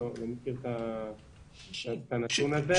אני לא מכיר את הנתון הזה.